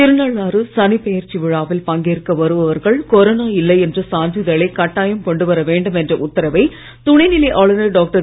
திருநள்ளாறுசனிப்பெயர்ச்சிவிழாவில்பங்கேற்கவருபவர்கள்கொரோ னாஇல்லைஎன்றசான்றிதழைக்கட்டாயம்கொண்டுவரவேண்டும்என்றஉத் தரவைதுணைநிலைஆளுனர்டாக்டர்